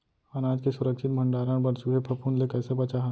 अनाज के सुरक्षित भण्डारण बर चूहे, फफूंद ले कैसे बचाहा?